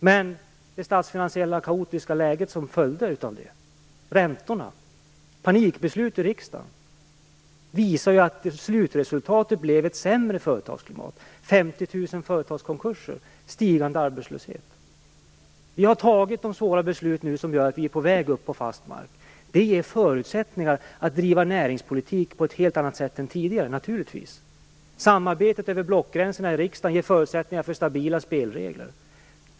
Men det statsfinansiellt kaotiska läge som följde av detta, räntorna och panikbesluten i riksdagen, visar ju att slutresultatet blev ett sämre företagsklimat, med Vi har fattat de svåra beslut som gör att vi nu är på väg upp på fast mark. Det ger naturligtvis förutsättningar att driva näringspolitik på ett helt annat sätt än tidigare. Samarbetet över blockgränserna i riksdagen ger förutsättningar för stabila spelregler.